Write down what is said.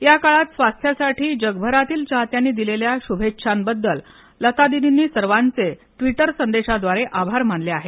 याकाळात स्वास्थ्यासाठी जगभरातील चाहत्यांनी दिलेल्या शुभेच्छाबद्दल लता दिदींनी सर्वाचे ट्वीटर संदेशाद्वारे आभार मानले आहेत